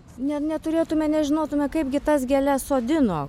ne neturėtume nežinotume kaipgi tas gėles sodino